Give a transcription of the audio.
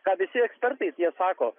ką visi ekspertai tie sako